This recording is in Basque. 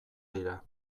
dira